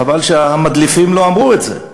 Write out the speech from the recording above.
חבל שהמדליפים לא אמרו את זה,